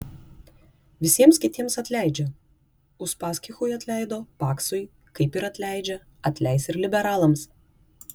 visiems kitiems atleidžia uspaskichui atleido paksui kaip ir atleidžia atleis ir liberalams